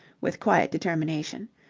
with quiet determination.